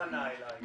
--- פנה אליי.